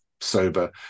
sober